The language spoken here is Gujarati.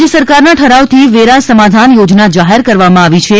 રાજ્ય સરકારના ઠરાવથી વેરા સમાધાન યોજના જાહેર કરવામાં આવી છી